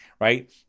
right